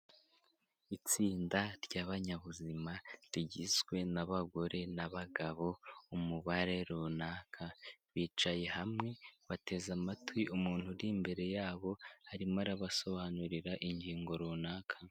Itsinda ry'abanyabuzima rigizwe n'abagore n'abagabo umubare runaka, bicaye hamwe bateze amatwi umuntu uri imbere yabo arimo arabasobanurira ingingo runaka.